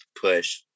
push